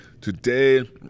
Today